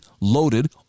loaded